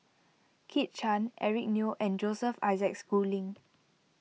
Kit Chan Eric Neo and Joseph Isaac Schooling